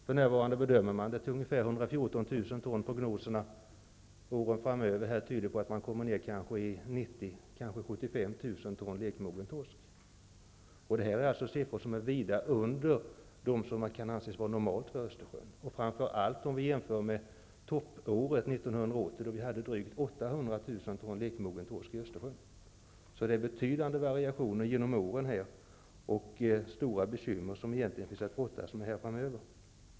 För närvarande bedömer man att det är ungefär 114 000 ton. Prognoserna tyder på att man åren framöver kommer ned till 90 000, kanske 75 000 ton lekmogen torsk. Detta är alltså siffror som ligger långt under vad som kan anses vara normalt för Östersjön, framför allt om vi jämför med toppåret 1980, då vi hade drygt 800 000 ton lekmogen torsk i Östersjön. Det är alltså betydande variationer genom åren och stora bekymmer som finns att brottas med framöver.